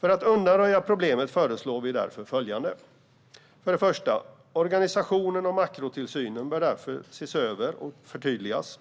För att undanröja problemet föreslår vi därför följande. För det första bör organisationen av makrotillsynen därför ses över och förtydligas.